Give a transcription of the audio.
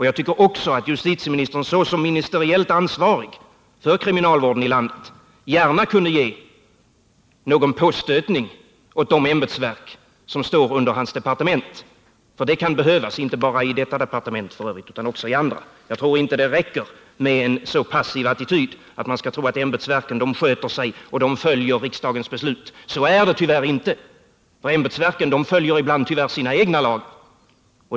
Jag tycker också att justitieministern som ministeriellt ansvarig för kriminalvården i landet gärna kunde ge någon påstötning åt de ämbetsverk som står under hans departement. Det kan behövas — f. ö. inte bara när det gäller justitiedepartementet utan också när det gäller andra departement. Jag tror inte att det räcker med en så passiv attityd att man bara tror att ämbetsverken sköter sig och följer riksdagens beslut. Så är det dess värre inte. Ämbetsverken följer ibland tyvärr sina egna lagar.